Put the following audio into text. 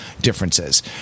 differences